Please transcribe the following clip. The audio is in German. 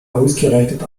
ausgerechnet